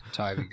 tie